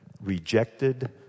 rejected